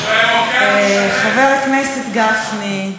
חבר הכנסת גפני,